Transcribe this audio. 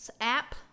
app